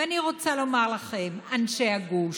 אני רוצה לומר לכם, אנשי הגוש,